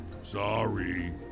Sorry